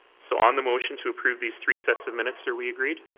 so on the motion to approve these three sets of minutes are we agreed?